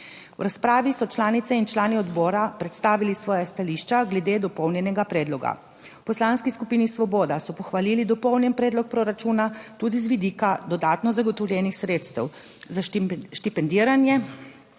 V razpravi so članice in člani odbora predstavili svoja stališča glede dopolnjenega predloga. V Poslanski skupini Svoboda so pohvalili dopolnjen predlog proračuna tudi z vidika dodatno zagotovljenih sredstev za štipendiranje